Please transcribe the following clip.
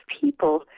people